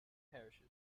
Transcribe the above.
parishes